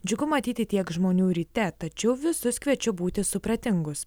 džiugu matyti tiek žmonių ryte tačiau visus kviečiu būti supratingus